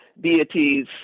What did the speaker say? deities